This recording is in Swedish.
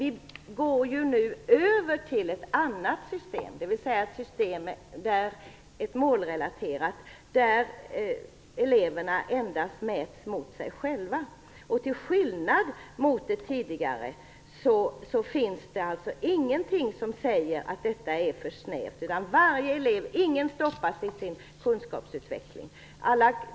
Vi går nu över till ett annat, målrelaterat system, där eleverna endast mäts mot sig själva. Till skillnad från i det tidigare systemet finns det ingenting som säger att det är för snävt. Ingen stoppas i sin kunskapsutveckling.